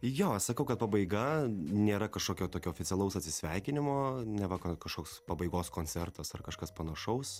jo sakau kad pabaiga nėra kažkokio tokio oficialaus atsisveikinimo neva kažkoks pabaigos koncertas ar kažkas panašaus